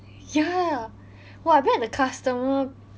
ya !wah! I bet the customer